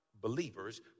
believers